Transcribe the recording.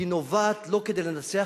נובעת לא כדי לנצח,